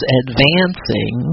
advancing